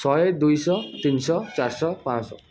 ଶହେ ଦୁଇଶହ ତିନିଶହ ଚାରିଶହ ପାଁଶହ